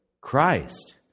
Christ